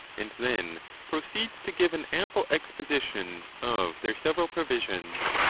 and then proceeds to give an ample exposition of their several provisions.